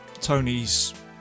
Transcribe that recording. Tony's